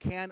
can